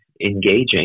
engaging